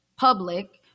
public